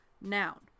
Noun